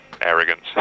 arrogance